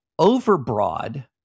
overbroad